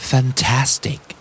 Fantastic